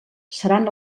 seran